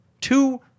two